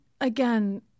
again